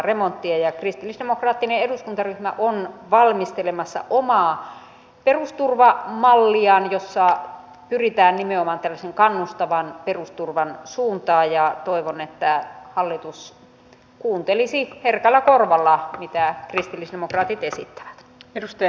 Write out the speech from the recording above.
kristillisdemokraattinen eduskuntaryhmä on valmistelemassa omaa perusturvamalliaan jossa pyritään nimenomaan tällaisen kannustavan perusturvan suuntaan ja toivon että hallitus kuuntelisi herkällä korvalla mitä kristillisdemokraatit esittävät